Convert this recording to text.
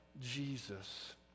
Jesus